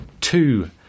two